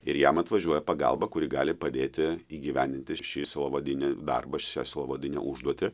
ir jam atvažiuoja pagalba kuri gali padėti įgyvendinti šį sielovadinį darbą šią sielovadinę užduotį